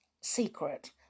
secret